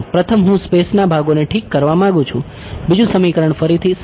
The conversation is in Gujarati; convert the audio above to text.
પ્રથમ હું સ્પેસના ભાગોને ઠીક કરવા માંગુ છું બીજું સમીકરણ ફરીથી સરળ છે